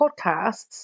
podcasts